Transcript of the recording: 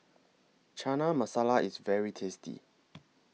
Chana Masala IS very tasty